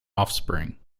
offspring